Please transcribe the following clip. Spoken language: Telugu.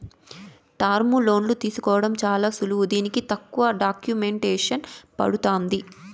టర్ములోన్లు తీసుకోవడం చాలా సులువు దీనికి తక్కువ డాక్యుమెంటేసన్ పడతాంది